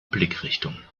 blickrichtung